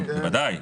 בוודאי.